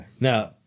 now